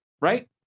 Right